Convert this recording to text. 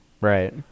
right